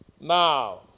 Now